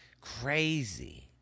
Crazy